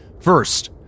First